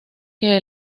que